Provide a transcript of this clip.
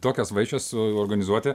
tokias vaišes suorganizuoti